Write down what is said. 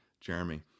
Jeremy